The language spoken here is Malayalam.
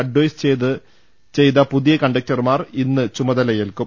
അഡ്രൈസ് ചെയ്ത പുതിയ കണ്ടക്ടർമാർ ഇന്ന് ചുമതലയേൽക്കും